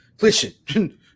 listen